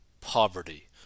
poverty